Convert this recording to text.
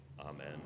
Amen